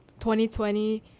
2020